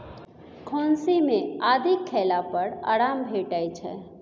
खोंखी मे आदि खेला पर आराम भेटै छै